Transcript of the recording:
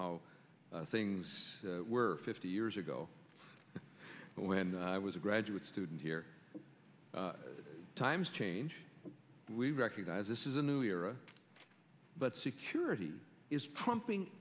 w things were fifty years ago when i was a graduate student here times change we recognize this is a new era but security is pumping